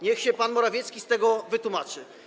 Niech się pan Morawiecki z tego wytłumaczy.